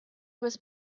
was